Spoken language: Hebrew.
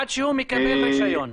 עד שהוא מקבל רישיון.